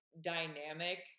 dynamic